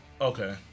Okay